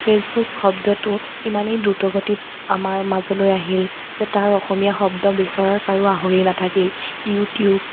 Facebook শব্দটো ইমানেই দ্ৰুতগতিত আমাৰ মাজলৈ আহিল যে তাৰ অসমীয়া শব্দ বিচৰাৰ কাৰো আহৰি নাথাকিল ইউটিউব